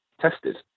tested